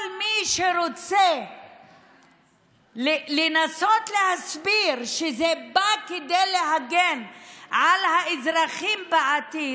כל מי שרוצה לנסות להסביר שזה בא כדי להגן על האזרחים בעתיד,